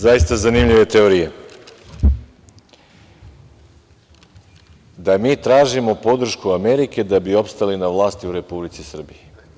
Zaista zanimljive teorije - da mi tražimo podršku Amerike da bi opstali na vlasti u Republici Srbiji.